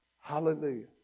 Hallelujah